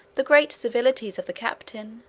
the great civilities of the captain.